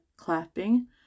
Clapping